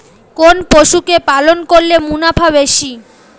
কোন পশু কে পালন করলে মুনাফা বেশি?